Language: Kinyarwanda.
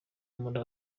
muri